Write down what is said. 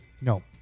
No